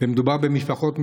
מדובר במשפחות מכובדות,